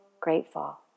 grateful